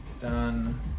Done